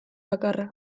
bakarra